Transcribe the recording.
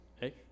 Hey